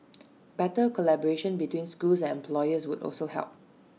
better collaboration between schools and employers would also help